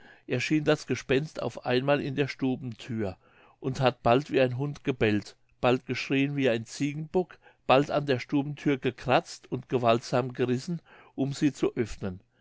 erschien das gespenst auf einmal an der stubenthür und hat bald wie ein hund gebellt bald geschrieen wie ein ziegenbock bald an der stubenthür gekratzt und gewaltsam gerissen um sie zu öffnen